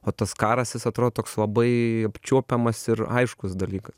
o tas karas jis atrodo toks labai apčiuopiamas ir aiškus dalykas